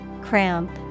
Cramp